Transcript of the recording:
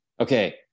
okay